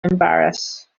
embarrassed